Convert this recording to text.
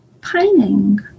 pining